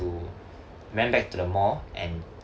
to ran back to the mall and